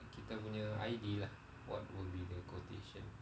kita punya I_D lah what will be the quotation